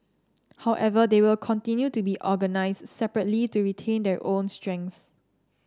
however they will continue to be organize separately to retain their own strengths